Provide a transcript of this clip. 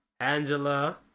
Angela